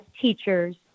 teachers